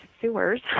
sewers